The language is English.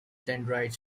dendrites